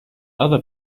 other